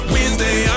Wednesday